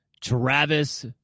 Travis